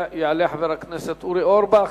יעלה חבר הכנסת אורי אורבך.